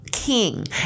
king